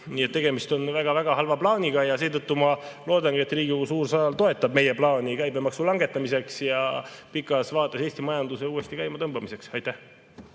Nii et tegemist on väga halva plaaniga. Seetõttu ma loodan, et Riigikogu suures saalis toetatakse meie plaani käibemaksu langetamiseks ja pikas vaates Eesti majanduse uuesti käimatõmbamiseks. Aitäh!